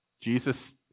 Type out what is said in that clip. Jesus